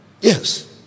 yes